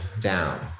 down